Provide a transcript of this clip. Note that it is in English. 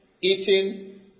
eating